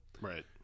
Right